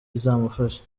izamufasha